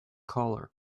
collar